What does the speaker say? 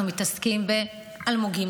אנחנו מתעסקים באלמוגים,